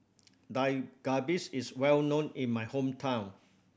Dak Galbi is well known in my hometown